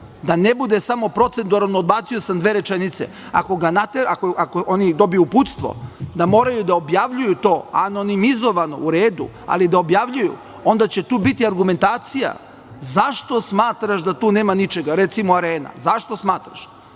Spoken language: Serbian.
da ne bude samo proceduralno – odbacio sam dve rečenice. Ako oni dobiju uputstvo da moraju da objavljuju to anonimizovano, u redu, ali da objavljuju onda će tu biti argumentacija – zašto smatraš da tu nema ničega. Recimo „arena“. Zašto smatraš,